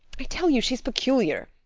i tell you she's peculiar.